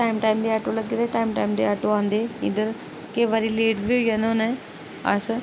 time time दे auto लग्गे दे टाइम टाइम दे आटो आंदे इद्धर केईं बारी लेट बी होई जाना उ'नें अस